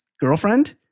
girlfriend